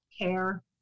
care